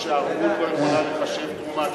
כמו שערבות לא יכולה להיחשב תרומה,